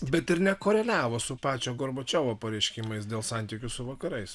bet ir nekoreliavo su pačio gorbačiovo pareiškimais dėl santykių su vakarais